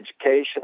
education